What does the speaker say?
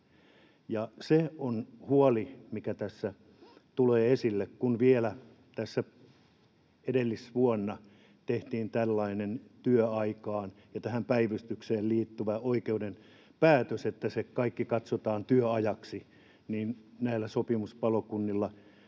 Se on huoli, mikä tässä tulee esille, ja kun vielä tässä edellisvuonna tehtiin tällainen työaikaan ja päivystykseen liittyvä oikeuden päätös, että se kaikki katsotaan työajaksi, niin näillä aluepelastuskeskuksilla